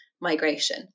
migration